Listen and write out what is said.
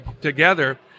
together